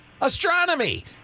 Astronomy